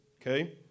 Okay